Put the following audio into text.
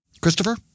Christopher